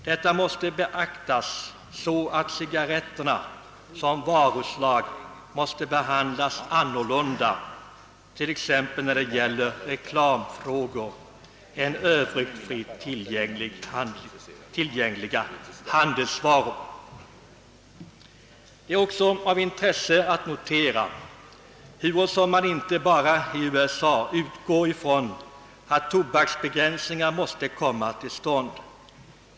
Detta måste beaktas, så att cigarretterna som varuslag behandlas annorlunda, t.ex. när det gäller reklamfrågor, än övriga fritt tillgängliga handelsvaror. Det är också av intresse att notera, att man inte bara i USA utgår ifrån att en begränsning av tobaksrökningen måste komma till stånd.